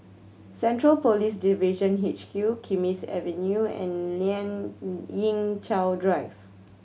Central Police Division H Q Kismis Avenue and Lien Ying Chow Drive